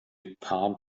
palm